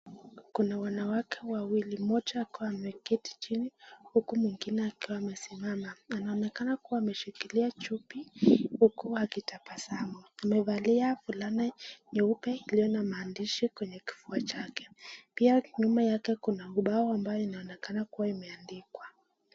Kuna wanawake wawili mmoja akiwa ameketi chini huku mwingine akiwa amesimama anaonekana kuwa ameshikilia chupi huku akitabasamu. Amevalia fulana nyeupe iliyo na maandishi kwenye kifua chake pia nyuma yake kuna ubao ambayo inaonekana kuwa imeandikwa.